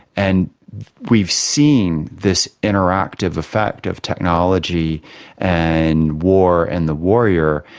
and we've seen this interactive effect of technology and war and the warrior,